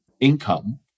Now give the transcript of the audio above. income